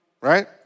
right